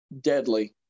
deadly